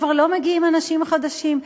כבר לא מגיעים אנשים חדשים?